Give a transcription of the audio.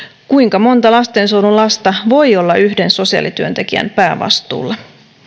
kuinka monta lastensuojelulasta voi olla yhden sosiaalityöntekijän päävastuulla